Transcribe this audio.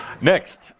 Next